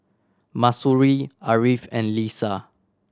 Mahsuri Ariff and Lisa